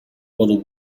polo